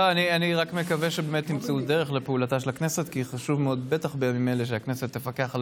אנחנו נשתדל לעשות פיקוח פרלמנטרי בשביל הקפדה על